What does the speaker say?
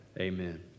Amen